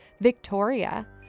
Victoria